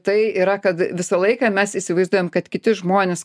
tai yra kad visą laiką mes įsivaizduojam kad kiti žmonės